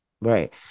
Right